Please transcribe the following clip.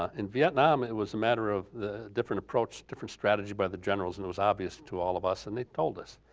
ah in vietnam it was a matter of the different approach, different strategy by the generals and it was obvious to all of us and they told us.